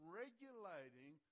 regulating